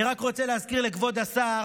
אני רק רוצה להזכיר לכבוד השר